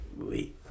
Oui